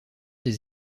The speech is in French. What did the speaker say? des